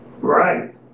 Right